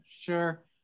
Sure